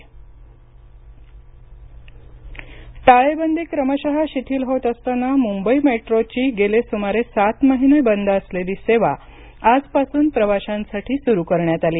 Mumbai metro टाळेबंदी क्रमशः शिथील होत असताना मुंबई मेट्रोची गेले सुमारे सात महिने बंद असलेली सेवा आजपासून प्रवाशांसाठी सुरु करण्यात आली